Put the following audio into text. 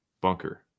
bunker